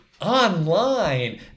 online